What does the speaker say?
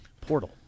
Portal